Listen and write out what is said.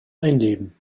einleben